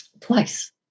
twice